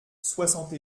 soixante